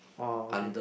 oh okay